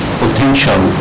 potential